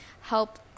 help